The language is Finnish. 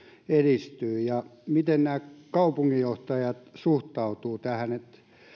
edistyy ja miten nämä kaupunginjohtajat suhtautuvat tähän